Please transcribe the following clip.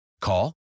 Call